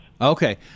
Okay